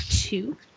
Two